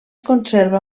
conserva